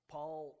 Paul